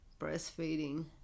Breastfeeding